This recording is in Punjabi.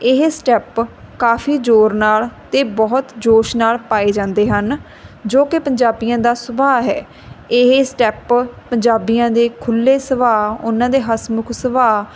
ਇਹ ਸਟੈਪ ਕਾਫੀ ਜ਼ੋਰ ਨਾਲ ਅਤੇ ਬਹੁਤ ਜੋਸ਼ ਨਾਲ ਪਾਏ ਜਾਂਦੇ ਹਨ ਜੋ ਕਿ ਪੰਜਾਬੀਆਂ ਦਾ ਸੁਭਾਅ ਹੈ ਇਹ ਸਟੈਪ ਪੰਜਾਬੀਆਂ ਦੇ ਖੁੱਲ੍ਹੇ ਸੁਭਾਅ ਉਹਨਾਂ ਦੇ ਹਸਮੁਖ ਸੁਭਾਅ